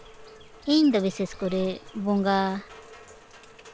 ᱤᱧᱫᱚ ᱵᱤᱥᱮᱥ ᱠᱚᱨᱮ ᱵᱚᱸᱜᱟ